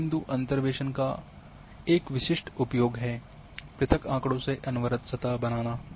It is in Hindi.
एक बिंदु अंतर्वेसन का एक विशिष्ट उपयोग है पृथक आँकड़ों से अनवरत सतह बनाना